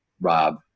Rob